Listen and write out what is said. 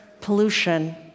pollution